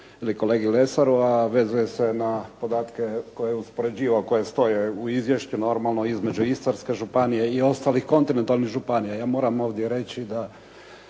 ili kolegi Lesaru, a vezuje se na podatke koje je uspoređivao koji stoje u izvješću normalno između Istarske županije i ostalih kontinentalnih županija. Ja moram ovdje reći da